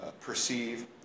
perceive